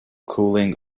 cooling